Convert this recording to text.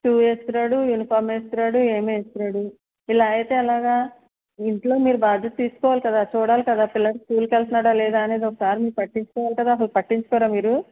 shoe వేసుకుని రాడు uniform వేసుకునిరాడు ఏం వేసుకునిరాడు ఇలా అయితే ఎలాగా ఇంట్లో మీరు బాధ్యత తీసుకోవాలి కదా చూడాలి కదా పిల్లలు స్కూల్కి వెళ్తున్నాడా లేదా అనేది ఒకసారి మీరు పట్టించుకోవలి కదా అసలు పట్టించుకోరా మీరు